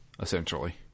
essentially